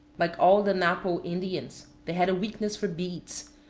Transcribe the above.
like all the napo indians, they had a weakness for beads,